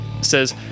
says